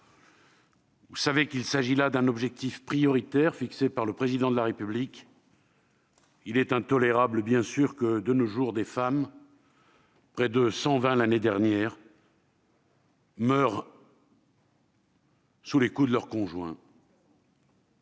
Vous savez qu'il s'agit là d'un objectif prioritaire fixé par le Président de la République. Il est évidemment intolérable que, de nos jours, des femmes- il y a en a plus de 120 l'année dernière -meurent sous les coups de leur conjoint.